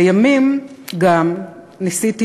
לימים גם ניסיתי,